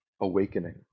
awakening